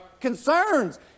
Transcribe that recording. concerns